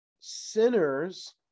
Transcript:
sinners